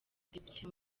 depite